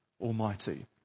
Almighty